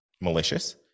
Malicious